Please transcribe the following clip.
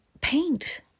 paint